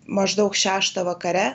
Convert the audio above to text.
maždaug šeštą vakare